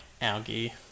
algae